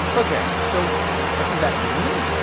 ok, so what does that mean?